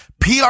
PR